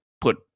put